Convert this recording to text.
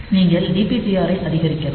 நீங்கள் டிபிடிஆரை அதிகரிக்கலாம்